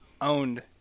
owned